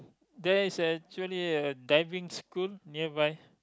there is actually a diving scoot nearby